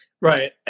Right